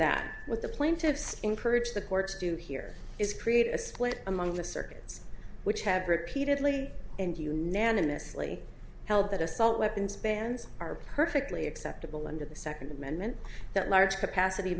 that with the plaintiffs encourage the courts do here is create a split among the circuits which have repeatedly and unanimously held that assault weapons bans are perfectly acceptable under the second amendment that large capacity